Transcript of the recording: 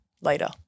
later